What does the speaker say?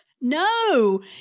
No